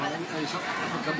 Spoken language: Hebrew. אחת.